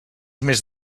més